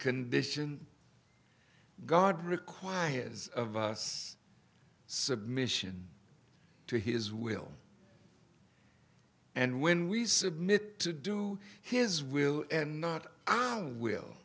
condition god requires of us submission to his will and when we submit to do his will and not our will